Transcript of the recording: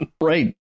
right